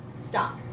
stop